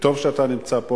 וטוב שאתה נמצא פה,